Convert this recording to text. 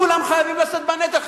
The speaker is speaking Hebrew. כולם חייבים לשאת בנטל.